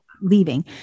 leaving